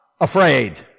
afraid